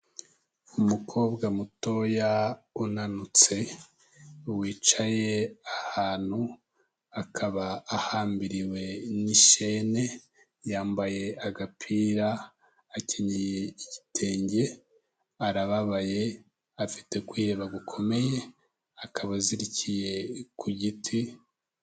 Umukobwa mutoya unanutse wicaye ahantu, akaba ahambiriwe n'ishene, yambaye agapira, akenyeye igitenge arababaye, afite kwiheba gukomeye akaba azirikiye ku giti.